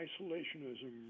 isolationism